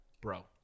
bro